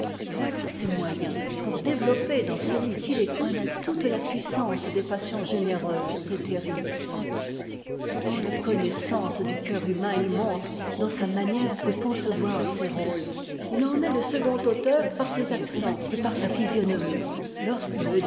voilà ses moyens pour développer dans celui qui l'écoute toute la puissance des passions généreuses et terribles quelle connaissance du cœur humain il montre dans sa manière de concevoir ses rôles il en est le second auteur par ses accents et par sa physionomie lorsque